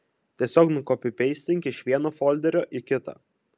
tiesiog nukopipeistink iš vieno folderio į kitą